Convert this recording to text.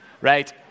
Right